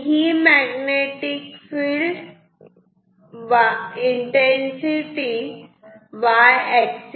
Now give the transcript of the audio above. ही magnetic field Y axis ला आहे